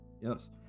yes